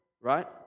right